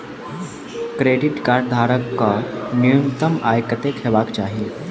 Credit card धारक कऽ न्यूनतम आय कत्तेक हेबाक चाहि?